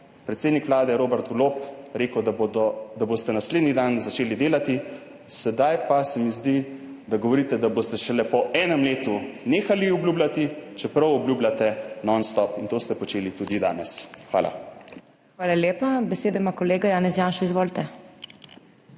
predsednik Vlade Robert Golob rekel, da boste naslednji dan začeli delati, sedaj pa se mi zdi, da govorite, da boste šele po enem letu nehali obljubljati, čeprav obljubljate non-stop in to ste počeli tudi danes. Hvala. **PODPREDSEDNICA MAG. MEIRA HOT:** Hvala lepa. Besedo ima kolega Janez Janša, izvolite.